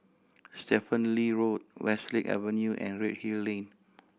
Stephen Lee Road Westlake Avenue and Redhill Lane